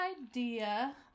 idea